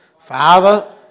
Father